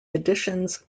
editions